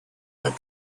the